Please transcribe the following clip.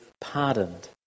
pardoned